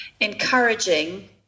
encouraging